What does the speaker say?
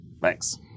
Thanks